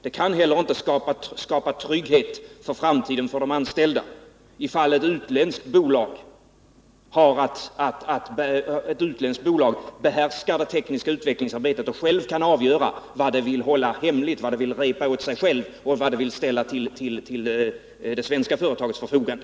Det kan heller inte skapa trygghet för framtiden för de anställda, ifall ett utländskt bolag behärskar det tekniska utvecklingsarbetet och självt kan avgöra vad det vill hålla hemligt, vad det vill kapa åt sig självt och vad det vill ställa till det svenska företagets förfogande.